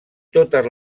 totes